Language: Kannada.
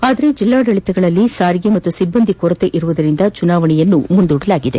ಆದರೆ ಜಿಲ್ಲಾಡಳಿತಗಳಲ್ಲಿ ಸಾರಿಗೆ ಹಾಗೂ ಸಿಬ್ಬಂದಿ ಕೊರತೆಯಿರುವುದರಿಂದ ಚುನಾವಣೆಯನ್ನು ಮುಂದೂಡಲಾಗಿದೆ